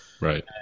Right